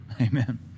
Amen